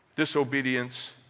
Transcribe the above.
disobedience